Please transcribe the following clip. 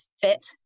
fit